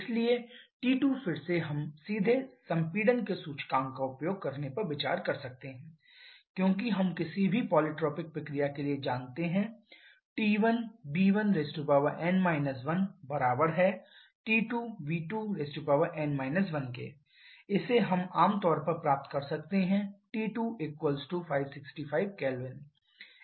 इसलिए T2 फिर से हम सीधे संपीड़न के सूचकांक का उपयोग करने पर विचार कर सकते हैं क्योंकि हम किसी भी पॉलीट्रोपिक प्रक्रिया के लिए जानते हैं T1v1n 1T2v2n 1 इसे हम आम तौर पर प्राप्त करते हैं T2 565 K इस विशेष मामले में